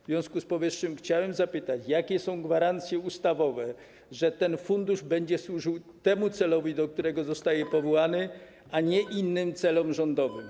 W związku z powyższym chciałbym zapytać: Jakie są gwarancje ustawowe, że ten fundusz będzie służył temu celowi, do którego zostaje powołany, a nie innym celom rządowym?